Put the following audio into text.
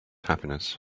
happiness